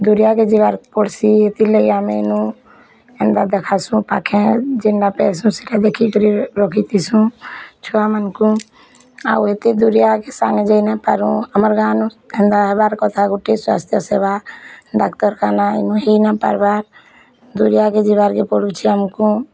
ଦୁରିଆକେ ଯିବାର୍ ପଡ଼୍ସି ଏଥିର୍ଲାଗି ଆମେ ଇନୁ ଏନ୍ତା ଦେଖାସୁ ପାଖେ ଯେନ୍ ଦେଖାଇକରି ରଖିଥିଁସୁ ଛୁଆମାନଙ୍କୁ ଆଉ ଏତେ ଦୁରିଆ କେ ସାଙ୍ଗେ ନାଇ ଯାଇପାରୁ ଆମର୍ ଗାଁନୁ ହେନ୍ତା ହେବାର୍ କଥା ଗୁଟେ ସ୍ୱାସ୍ଥ୍ୟ ସେବା ଡ଼ାକ୍ତରଖାନା ଇନୁ ହେଇ ନ ପାର୍ବା ଦୁରିଆକେ ଯିବାର୍ କେ ପଡ଼ୁଛି ଆମକୁ